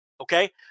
Okay